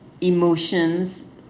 emotions